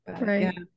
right